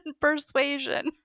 Persuasion